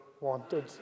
wanted